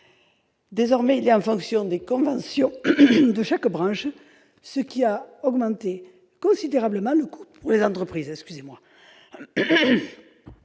désormais, il l'est en fonction des conventions de chaque branche, ce qui a considérablement augmenté le coût pour les entreprises.